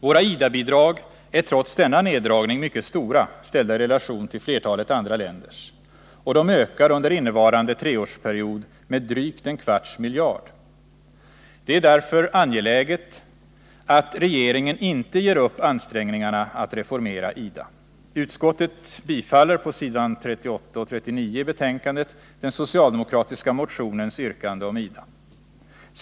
Våra IDA-bidrag är trots denna neddragning mycket stora — ställda i relation till flertalet andra länders — och de ökar under innevarande treårsperiod med drygt en kvarts miljard. Det är därför angeläget att regeringen inte ger upp ansträngningarna att reformera IDA. Utskottet bifaller på s. 38 och 39 i betänkandet den socialdemokratiska motionens yrkande om IDA.